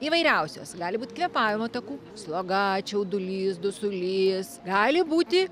įvairiausios gali būt kvėpavimo takų sloga čiaudulys dusulys gali būti